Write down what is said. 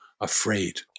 afraid